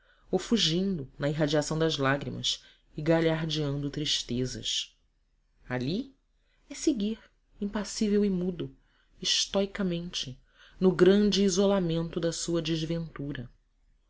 ou fulgindo na irradiação das lágrimas e galhardeando tristezas ali é seguir impassível e mudo estoicamente no grande isolamento da sua desventura